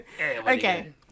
Okay